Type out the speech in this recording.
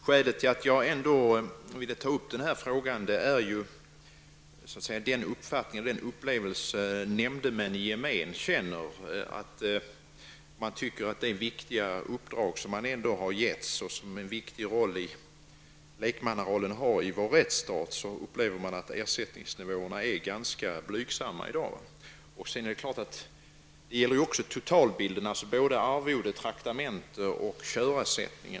Skälet till att jag ändå vill ta upp den här frågan är att nämndemän gement känner att ersättningsnivån är ganska blygsam för det viktiga uppdrag de har fått och mot bakgrund av den viktiga roll som lekmannen spelar i vår rättsstat. Det gäller totalbilden med arvode, traktamente och körersättning.